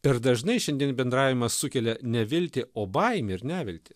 per dažnai šiandien bendravimas sukelia ne viltį o baimę ir neviltį